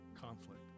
conflict